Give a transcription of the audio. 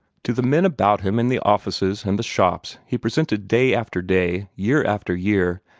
to the men about him in the offices and the shops he presented day after day, year after year,